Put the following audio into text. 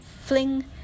fling